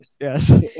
Yes